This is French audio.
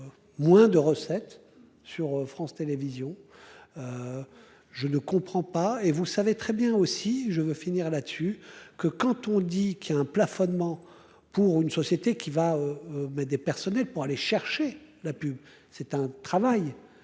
Moins de recettes sur France Télévision. Je ne comprends pas et vous savez très bien aussi je veux finir là-dessus que quand on dit qu'il a un plafonnement pour une société qui va. Mais des personnels pour aller chercher la pub, c'est un travail